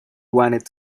wanted